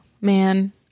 man